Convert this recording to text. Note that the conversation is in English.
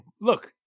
look